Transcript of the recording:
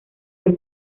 del